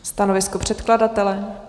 Stanovisko předkladatele?